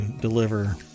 deliver